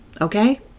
Okay